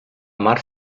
mar